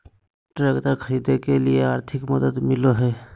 Tractor खरीदे के लिए आर्थिक मदद मिलो है?